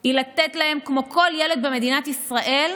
שלנו היא לתת להם, כמו לכל ילד במדינת ישראל,